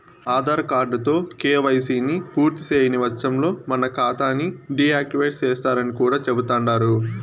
ఆదార్ కార్డుతో కేవైసీని పూర్తిసేయని వచ్చంలో మన కాతాని డీ యాక్టివేటు సేస్తరని కూడా చెబుతండారు